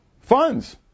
Funds